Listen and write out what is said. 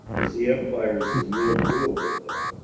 as the empires of the old world had